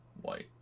white